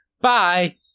bye